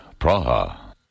Praha